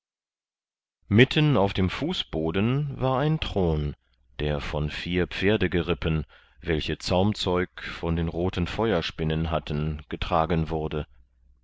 mitten auf dem fußboden war ein thron der von vier pferdegerippen welche zaumzeug von den roten feuerspinnen hatten getragen wurde